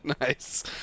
Nice